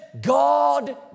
God